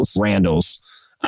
Randall's